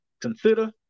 Consider